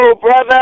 brother